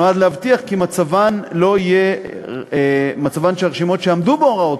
נועד להבטיח כי מצבן של הרשימות שעמדו בהוראות